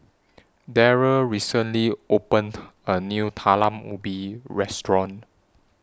Darrell recently opened A New Talam Ubi Restaurant